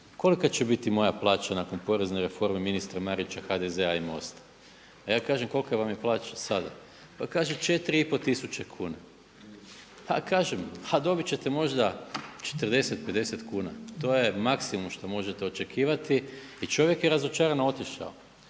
kolika će biti moja plaća nakon porezne reforme ministra Marića, HDZ-a i MOST-a? A ja kažem kolika vam je plaća sada? Pa kaže 4 i pol tisuće kuna. Pa kažem, a dobit ćete možda 40, 50 kuna, to je maksimum što možete očekivati i čovjek je razočarano otišao